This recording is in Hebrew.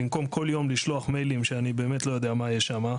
במקום כל יום לשלוח מיילים שאני באמת לא יודע מה יש שם,